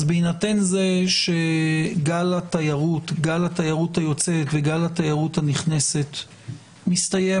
אז בהינתן זה שגל התיירות היוצאת וגל התיירות הנכנסת מסתיים